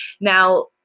Now